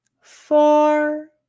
four